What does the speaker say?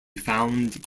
found